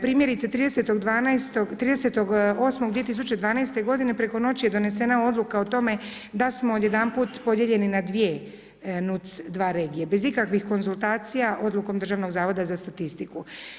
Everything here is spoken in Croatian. Primjerice, 30. 08. 2012. godine preko noći je donesena odluka o tome da smo odjedanput podijeljeni na dvije regije, bez ikakvih konzultacija odlukom Državnog zavoda za statistiku.